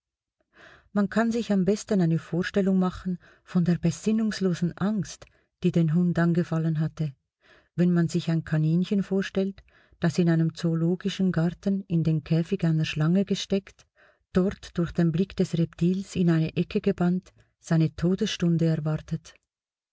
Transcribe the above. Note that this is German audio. man kann sich am besten eine vorstellung machen von der besinnungslosen angst die den hund angefallen hatte wenn man sich ein kaninchen vorstellt das in einem zoologischen garten in den käfig einer schlange gesteckt dort durch den blick des reptils in eine ecke gebannt seine todesstunde erwartet